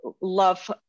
love